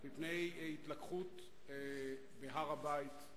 מפני התלקחות מהר-הבית,